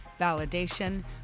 validation